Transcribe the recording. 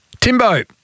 Timbo